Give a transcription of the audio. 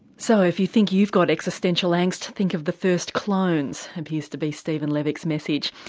so if you think you've got existential angst, think of the first clones appears to be stephen levick's message.